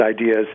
ideas